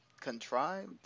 contrived